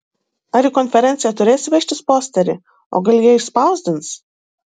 ar į konferenciją turėsi vežtis posterį o gal jie išspausdins